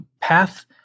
path